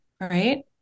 right